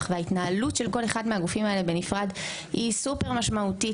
וההתנהלות של כל אחד מהגופים האלה בנפרד היא סופר משמעותית